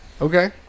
Okay